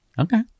Okay